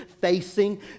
facing